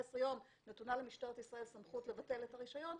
ימים נתונה למשטרת ישראל הסמכות לבטל את הרישיון,